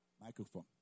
Microphone